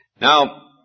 Now